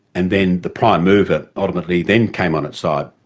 and then the prime mover ultimately then came on its side.